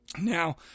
Now